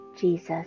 Jesus